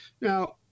Now